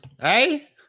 Hey